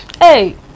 Hey